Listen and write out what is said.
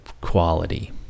quality